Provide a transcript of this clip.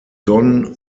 don